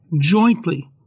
jointly